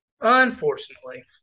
Unfortunately